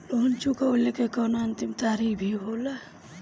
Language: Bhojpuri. लोन चुकवले के कौनो अंतिम तारीख भी होला का?